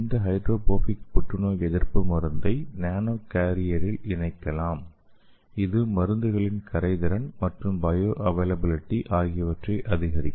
இந்த ஹைட்ரோபோபிக் புற்றுநோய் எதிர்ப்பு மருந்தை நானோ கேரியரில் இணைக்கலாம் இது மருந்துகளின் கரைதிறன் மற்றும் பயோஅவைலபிலிட்டி ஆகியவற்றை அதிகரிக்கும்